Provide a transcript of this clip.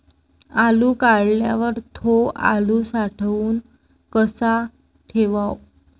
आलू काढल्यावर थो आलू साठवून कसा ठेवाव?